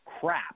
crap